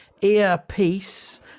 earpiece